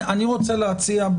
אני רוצה להציע,